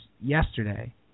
yesterday